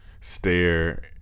stare